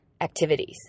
activities